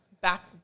back